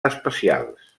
especials